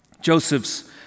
Joseph's